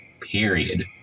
Period